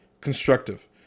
constructive